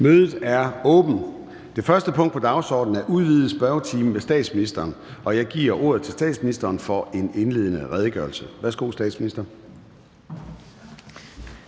Mødet er åbnet. --- Det første punkt på dagsordenen er: 1) Udvidet spørgetime med statsministeren. Kl. 13:00 Formanden (Søren Gade): Jeg giver ordet til statsministeren for en indledende redegørelse. Værsgo, statsminister.